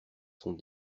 sont